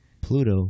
Pluto